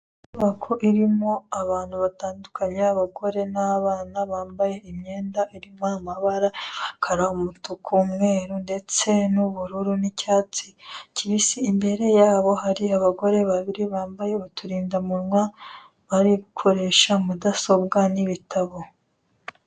Inyubako irimo abantu batandukanye abagore n'abana bambaye imyenda irimo amabara y'umukara, umutuku, umweru ndetse n'ubururu n'icyatsi kibisi imbere yaho hari abagore babiri bambaye uturinda munwa bari gukoresha mudasobwa n'ibitabo.